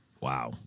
Wow